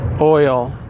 oil